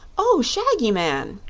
oh, shaggy man!